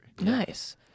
Nice